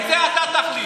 את זה אתה תחליט.